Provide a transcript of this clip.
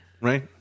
Right